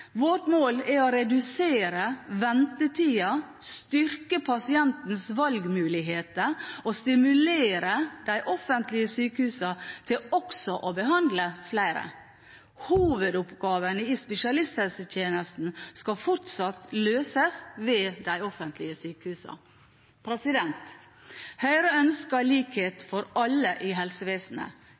Vårt mål er å redusere ventetiden, styrke pasientens valgmuligheter og stimulere de offentlige sykehusene til også å behandle flere. Hovedoppgavene i spesialisthelsetjenesten skal fortsatt løses ved de offentlige sykehusene. Høyre ønsker likhet for alle i helsevesenet,